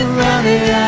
running